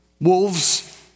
wolves